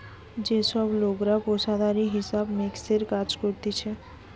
যে সব লোকরা পেশাদারি হিসাব মিক্সের কাজ করতিছে